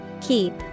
Keep